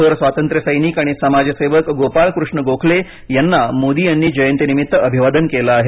थोर स्वातंत्र्यसैनिक आणि समाजसेवक गोपाल कृष्ण गोखले यांना मोदी यांनी जयंतीनिमित्त अभिवादन केलं आहे